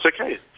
okay